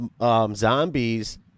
zombies